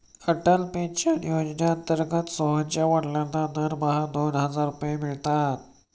Atal pension योजनेअंतर्गत सोहनच्या वडिलांना दरमहा दोन हजार रुपये मिळतात